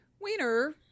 Weiner